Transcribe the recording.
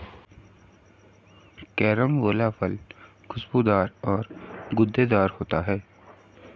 carambola फल खुशबूदार और गूदेदार होते है